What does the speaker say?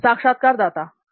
साक्षात्कारदाता हां